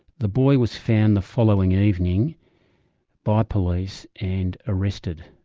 the boy was found the following evening by police and arrested.